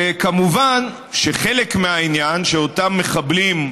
וכמובן שחלק מהעניין של אותם מחבלים,